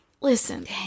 listen